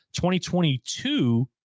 2022